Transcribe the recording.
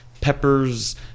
peppers